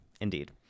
Indeed